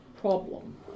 problem